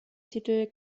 titel